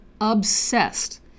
obsessed